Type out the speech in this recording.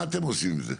מה אתם עושים עם זה?